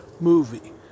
Movie